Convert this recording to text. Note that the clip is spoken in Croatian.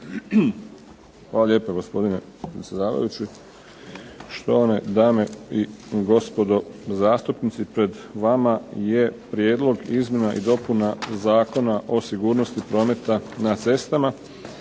Hvala lijepa gospodine predsjedavajući. Štovane i gospodo zastupnici, pred vama je Prijedlog izmjena i dopuna Zakona o sigurnosti prometa na cestama.